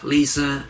Lisa